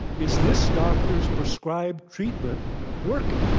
is this doctor's prescribed treatment working?